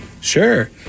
sure